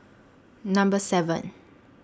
Number seven